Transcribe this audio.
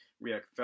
react